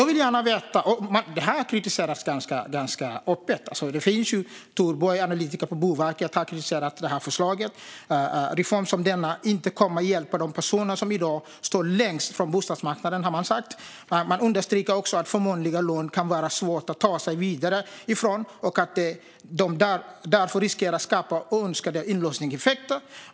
Det här har kritiserats ganska öppet. Tor Borg, analytiker på Boverket, har kritiserat det här förslaget. En reform som denna kommer inte att hjälpa de personer som i dag står längst ifrån bostadsmarknaden, har man sagt. Man understryker också att förmånliga lån kan vara svåra att ta sig vidare från och att de därför riskerar att skapa oönskade inlåsningseffekter.